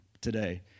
today